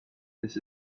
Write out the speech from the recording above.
this